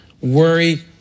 worry